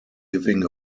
giving